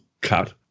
cut